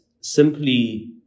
simply